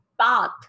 path